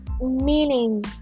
meaning